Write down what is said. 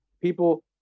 people